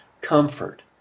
comfort